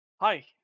Hi